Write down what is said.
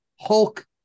Hulk